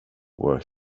where